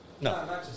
No